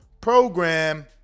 program